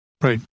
right